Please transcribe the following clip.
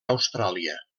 austràlia